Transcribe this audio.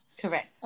Correct